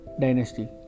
dynasty